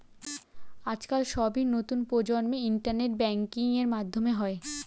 আজকাল সবই নতুন প্রজন্মের ইন্টারনেট ব্যাঙ্কিং এর মাধ্যমে হয়